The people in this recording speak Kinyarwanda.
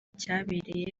cyabereye